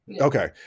okay